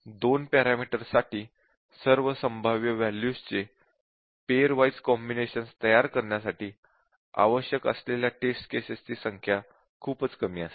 2 पॅरामीटर्ससाठी सर्व संभाव्य वॅल्यूजचे पेअर वाइज़ कॉम्बिनेशन्स तयार करण्यासाठी आवश्यक असलेल्या टेस्ट केसेस ची संख्या खूपच कमी असेल